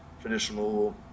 traditional